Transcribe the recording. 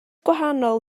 gwahanol